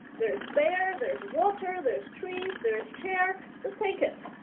there's bear, there's water, there's trees, there is chair, just take it.